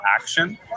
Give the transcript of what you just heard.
action